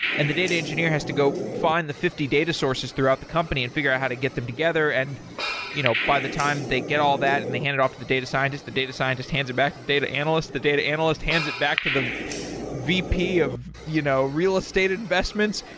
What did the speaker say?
and the data engineer has to go find the fifty data sources throughout the company and figure out how to get them together. and you know by the time they get all that and they hand it off to the data scientist, the data scientist hands it back to the data analyst, the data analyst hands it back to the vp of you know real estate investments.